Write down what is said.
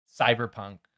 Cyberpunk